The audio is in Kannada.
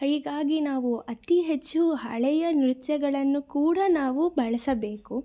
ಹೀಗಾಗಿ ನಾವು ಅತೀ ಹೆಚ್ಚು ಹಳೆಯ ನೃತ್ಯಗಳನ್ನು ಕೂಡ ನಾವು ಬಳಸಬೇಕು